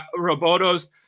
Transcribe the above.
Roboto's